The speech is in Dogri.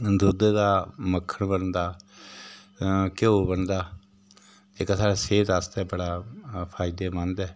दुद्ध दा मक्खन बनदा घ्यो बनदा जेह्का साढ़ा सेह्त आस्तै बड़ा फायदेमंद ऐ